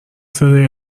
صدای